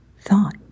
thought